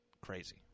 Crazy